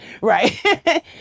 Right